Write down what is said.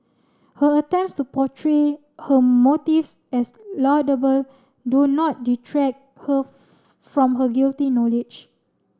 her attempts to portray her motives as laudable do not detract her from her guilty knowledge